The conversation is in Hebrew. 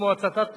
כמו הצתת מסגד,